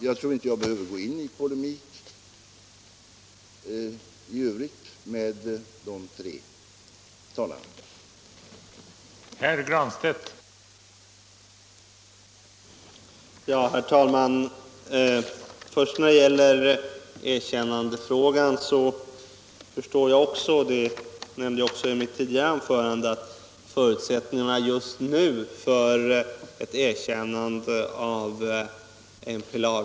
Jag tror inte jag behöver gå i polemik i övrigt med de tre talarna.